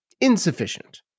insufficient